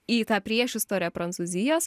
į tą priešistorę prancūzijos